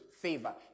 favor